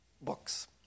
books